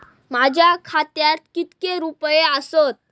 माझ्या खात्यात कितके रुपये आसत?